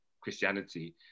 Christianity